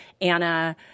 Anna